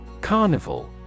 Carnival